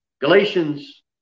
Galatians